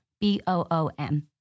B-O-O-M